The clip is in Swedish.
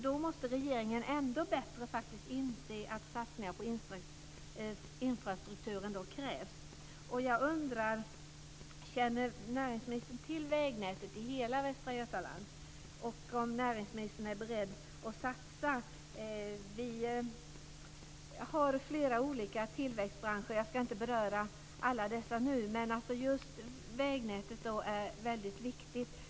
Då måste regeringen inse att ändå fler satsningar på infrastrukturen krävs. Jag undrar om näringsministern känner till vägnätet i hela Västra Götaland. Är näringsministern beredd att satsa på det? Vi har flera olika tillväxtbranscher. Jag ska inte gå in på alla dem nu, men vägnätet är väldigt viktigt.